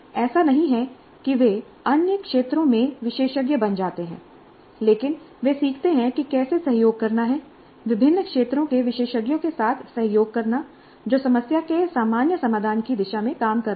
ऐसा नहीं है कि वे अन्य क्षेत्रों में विशेषज्ञ बन जाते हैं लेकिन वे सीखते हैं कि कैसे सहयोग करना है विभिन्न क्षेत्रों के विशेषज्ञों के साथ सहयोग करना जो समस्या के सामान्य समाधान की दिशा में काम कर रहे हैं